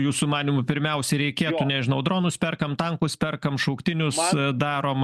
jūsų manymu pirmiausiai reikėtų nežinau dronus perkam tankus perkam šauktinius darom